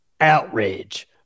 Outrage